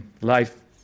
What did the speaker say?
life